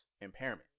impairment